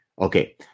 Okay